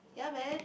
ya man